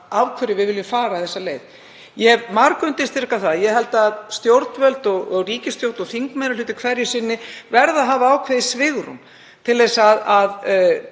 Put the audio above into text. af hverju menn vilja fara þessa leið. Ég hef margundirstrikað að ég held að stjórnvöld, ríkisstjórn og þingmeirihluti hverju sinni, verði að hafa ákveðið svigrúm til að